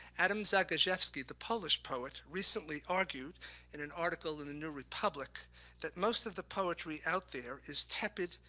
adams zagajewski, the polish poet, recently argued in an article in the new republic that most of the poetry out there is tepid,